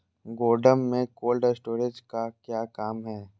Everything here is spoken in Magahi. गोडम में कोल्ड स्टोरेज का क्या काम है?